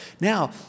Now